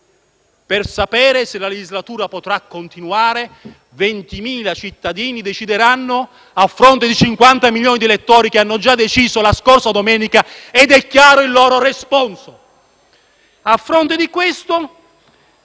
Per sapere se la legislatura potrà continuare, 20.000 cittadini decideranno a fronte di 50 milioni di elettori che hanno già deciso domenica scorsa ed è chiaro il loro responso.